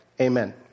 Amen